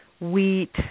wheat